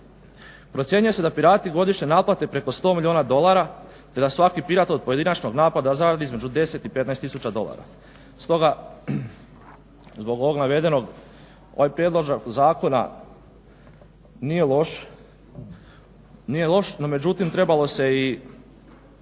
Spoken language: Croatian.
Procjenjuje se da pirati godišnje naplate preko 100 milijuna dolara te da svaki pirat od pojedinačnog napada zaradi između 10 i 15 tisuća dolara. Stoga zbog ovog navedenog ovaj predložak zakona nije loš, no međutim trebalo se,